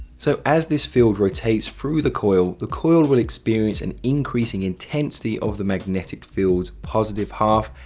so, as this field rotates through the coil, the coil will experience an increasing intensity of the magnetic fields positive half.